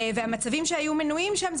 והמצבים שהיו מנויים שם: